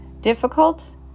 Difficult